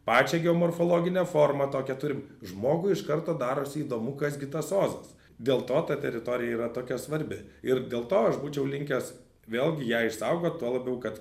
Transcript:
pačią geomorfologinę formą tokią turim žmogui iš karto darosi įdomu kas gi tas ozas dėl to ta teritorija yra tokia svarbi ir dėl to aš būčiau linkęs vėlgi ją išsaugot tuo labiau kad